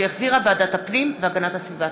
שהחזירה ועדת הפנים והגנת הסביבה.